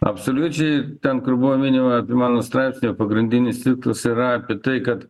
absoliučiai ten kur buvo minima prie mano straipsnio pagrindinis tikslas yra apie tai kad